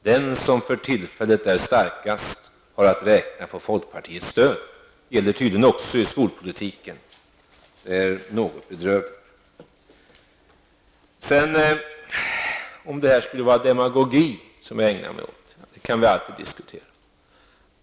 Den som för tillfället är starkast har att räkna med folkpartiets stöd. Det gäller tydligen också i skolpolitiken. Det är något bedrövligt. Om det är demagogi som jag ägnar mig åt kan vi alltid diskutera.